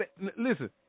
listen